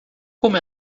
como